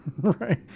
Right